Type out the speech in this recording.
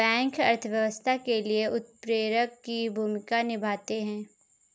bank अर्थव्यवस्था के लिए उत्प्रेरक की भूमिका निभाते है